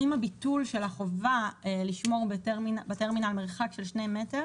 עם הביטול של החובה לשמור בטרמינל מרחק של שני מטר